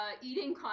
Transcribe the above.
eating